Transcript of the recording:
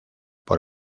por